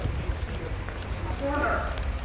can't see her, but she's in the corner.